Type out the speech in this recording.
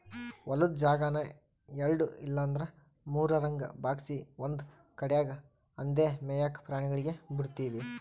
ಹೊಲುದ್ ಜಾಗಾನ ಎಲ್ಡು ಇಲ್ಲಂದ್ರ ಮೂರುರಂಗ ಭಾಗ್ಸಿ ಒಂದು ಕಡ್ಯಾಗ್ ಅಂದೇ ಮೇಯಾಕ ಪ್ರಾಣಿಗುಳ್ಗೆ ಬುಡ್ತೀವಿ